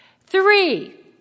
Three